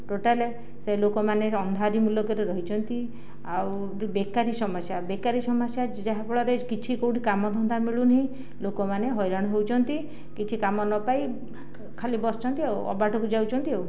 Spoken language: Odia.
ଟୋଟାଲ୍ ସେ ଲୋକମାନେ ଅନ୍ଧାରି ମୁଲକରେ ରହିଛନ୍ତି ଆଉ ଯେଉଁ ବେକାରୀ ସମସ୍ୟା ବେକାରୀ ସମସ୍ୟା ଯାହାଫଳରେ କିଛି କେଉଁଠି କାମଧନ୍ଦା ମିଳୁନି ଲୋକମାନେ ହଇରାଣ ହେଉଛନ୍ତି କିଛି କାମ ନପାଇ ଖାଲି ବସିଛନ୍ତି ଆଉ ଅବାଟକୁ ଯାଉଛନ୍ତି ଆଉ